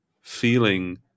feeling